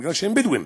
בגלל שהם בדואים,